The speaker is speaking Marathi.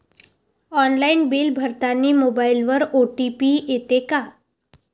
ऑनलाईन बिल भरतानी मोबाईलवर ओ.टी.पी येते का?